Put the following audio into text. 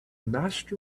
master